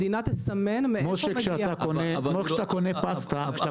המדינה תסמן מאיפה מגיע --- שר החקלאות ופיתוח הכפר עודד פורר: כמו